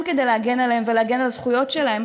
כדי להגן עליהם ולהגן על הזכויות שלהם,